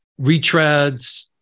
retreads